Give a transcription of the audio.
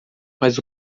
mas